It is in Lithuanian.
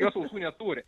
jos ausų neturi